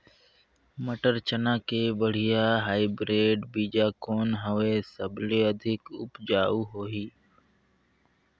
मटर, चना के बढ़िया हाईब्रिड बीजा कौन हवय? सबले अधिक उपज होही?